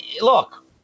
look